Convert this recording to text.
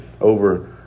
over